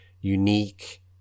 unique